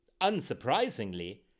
Unsurprisingly